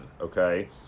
okay